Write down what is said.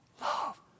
love